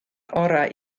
orau